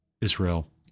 Israel